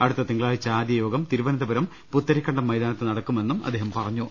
അടുത്ത തിങ്കളാഴ്ച്ച ആദ്യയോഗം തിരു വനന്തപുരം പുത്തരിക്കണ്ടം മൈതാനത്ത് നടക്കുമെന്നും അദ്ദേഹം പറഞ്ഞു